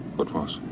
what was?